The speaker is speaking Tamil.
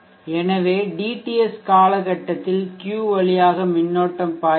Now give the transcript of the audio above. எனவே dTS காலகட்டத்தில் Q வழியாக மின்னோட்டம் பாய்கிறது